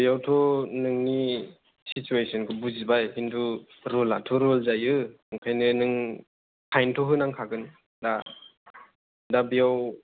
बेयाउथ' नोंनि सिचुवेसनखौ बुजिबाय खिन्थु रुल आथ रुल जायो आंखायनो नों फाइनथ होनांखागोन दा दा बेयाव